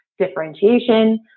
differentiation